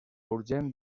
urgent